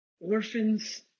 orphans